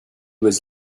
was